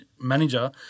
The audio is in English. manager